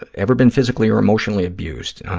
but ever been physically or emotionally abused?